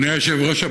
אדוני היושב-ראש,